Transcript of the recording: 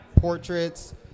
portraits